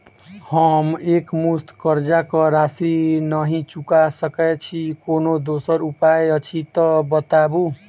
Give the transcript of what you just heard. हम एकमुस्त कर्जा कऽ राशि नहि चुका सकय छी, कोनो दोसर उपाय अछि तऽ बताबु?